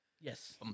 Yes